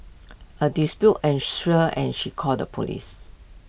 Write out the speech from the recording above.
A dispute ensued and she called the Police